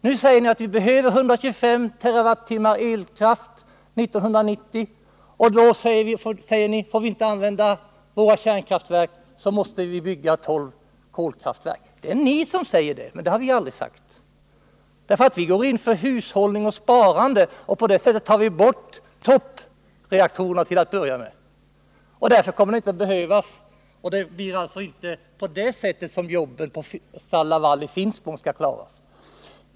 Nu säger ni: Vi behöver 125 TWh elkraft 1990, och får vi inte använda våra kärnkraftverk, måste vi bygga tolv kolkraftverk. Det är ni som säger detta. Det har vi aldrig sagt. Vi går in för hushållning och sparande och på detta sätt tar vi till att börja med bort toppreaktorerna. Det är inte genom kärnkraften som jobben på STAL-LAVAL i Finspång skall klaras.